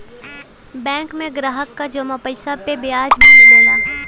bank में ग्राहक क जमा पइसा पे ब्याज भी मिलला